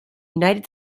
united